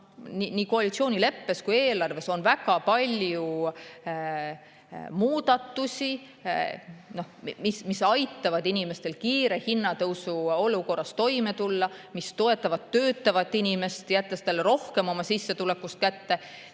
nii koalitsioonileppes kui ka eelarves väga palju muudatusi, mis aitavad inimestel kiire hinnatõusu olukorras toime tulla, mis toetavad töötavat inimest, jättes talle rohkem sissetulekust kätte.